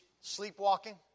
sleepwalking